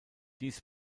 dies